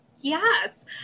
yes